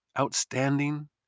outstanding